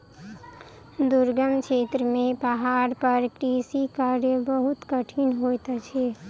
दुर्गम क्षेत्र में पहाड़ पर कृषि कार्य बहुत कठिन होइत अछि